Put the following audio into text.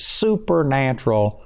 supernatural